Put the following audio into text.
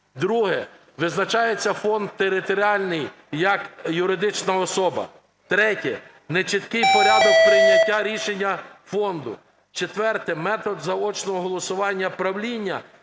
Друге. Визначається фонд територіальний як юридична особа. Третє. Нечіткий порядок прийняття рішення фонду. Четверте. Метод заочного голосування правління